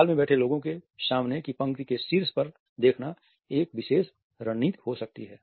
hall में बैठे लोगों की सामने की पंक्ति के शीर्ष पर देखना एक विशेष रणनीति हो सकती है